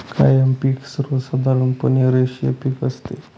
कायम पिक सर्वसाधारणपणे रेषीय पिक असते